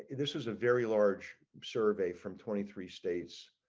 this is a very large survey from twenty three states.